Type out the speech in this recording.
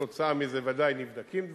כתוצאה מזה ודאי נבדקים דברים,